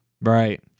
Right